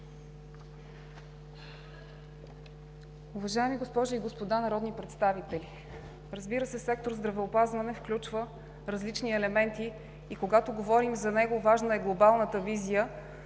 Уважаеми госпожи и господа народни представители! Разбира се, сектор „Здравеопазване“ включва различни елементи и когато говорим за него, важно е глобалната визия,